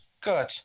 Good